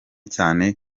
cyane